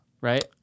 right